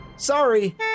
Sorry